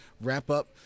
wrap-up